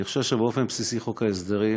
אני חושב שבאופן בסיסי חוק ההסדרים